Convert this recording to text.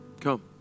Come